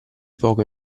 poco